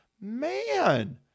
man